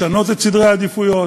לשנות את סדרי העדיפויות,